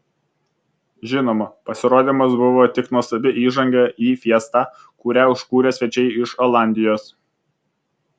žinoma pasirodymas buvo tik nuostabi įžanga į fiestą kurią užkūrė svečiai iš olandijos